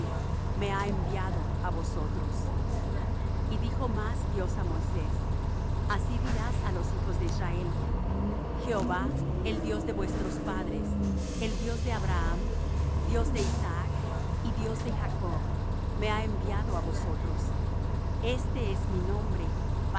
me ha enviado á vosotros y dijo más dios á moisés así dirás á los hijos de israel jehová el dios de vuestros padres el dios de abraham dios de isaac y dios de jacob me ha enviado á vosotros este es mi nombre